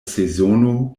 sezono